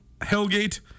Hellgate